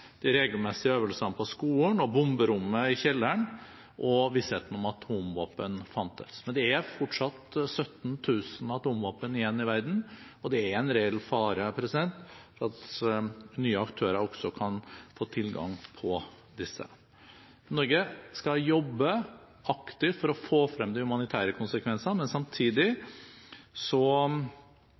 de regelmessige øvelsene på skolen og bomberommet i kjelleren og vissheten om at atomvåpen fantes. Men det er fortsatt 17 000 atomvåpen igjen i verden, og det er en reell fare for at nye aktører også kan få tilgang på disse. Norge skal jobbe aktivt for å få frem de humanitære konsekvensene, men samtidig